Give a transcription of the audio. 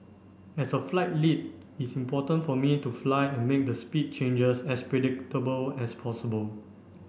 as a flight lead it's important for me to fly and make the speed changes as predictable as possible